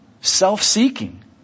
self-seeking